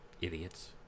Idiots